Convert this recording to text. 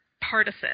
Partisan